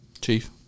Chief